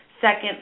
second